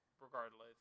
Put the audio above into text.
regardless